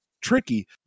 tricky